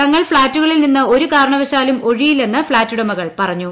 തങ്ങൾ ഫ്ളാറ്റുകളിൽ നിന്ന് ഒരു കാരണവശാലും ഒഴിയില്ലെന്ന് ഫ്ളാറ്റുടമകൾ പറഞ്ഞു